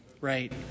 right